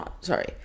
Sorry